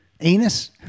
Anus